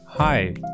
Hi